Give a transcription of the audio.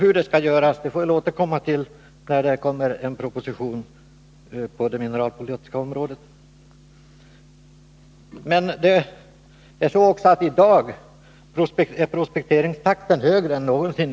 Hur det skall göras får vi återkomma till när det kommer en proposition på det mineralpolitiska området. Men i dag är prospekteringstakten i landet högre än någonsin.